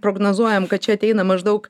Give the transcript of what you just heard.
prognozuojam kad čia ateina maždaug